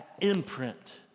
imprint